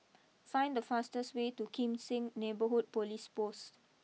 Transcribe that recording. find the fastest way to Kim Seng Neighbourhood police post